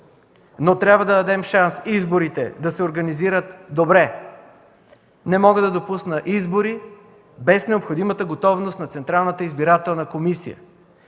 Но трябва да дадем шанс изборите да се организират добре. Не мога да допусна избори без необходимата готовност на Централната избирателна комисия.